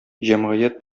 җәмгыять